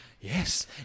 yes